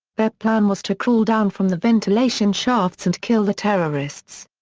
their plan was to crawl down from the ventilation shafts and kill the terrorists.